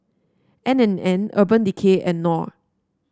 N and N Urban Decay and Knorr